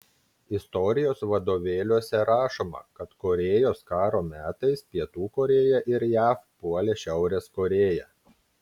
istorijos vadovėliuose rašoma kad korėjos karo metais pietų korėja ir jav puolė šiaurės korėją